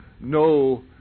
no